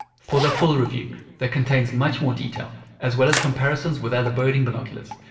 for the full review that contains much more detail as well as comparisons with other birding binoculars,